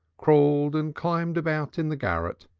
crawled and climbed about in the garret,